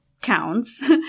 counts